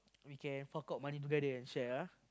we can fork out money together and share ah